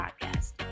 podcast